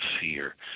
fear